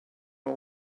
all